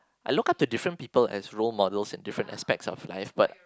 I look up to different people as role models in different aspects of life